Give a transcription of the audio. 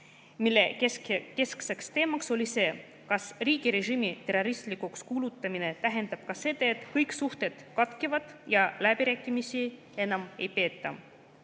mille keskne teema oli see, kas riigi režiimi terroristlikuks kuulutamine tähendab ka seda, et kõik suhted katkevad ja läbirääkimisi enam ei peeta.